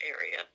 area